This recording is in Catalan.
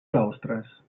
claustres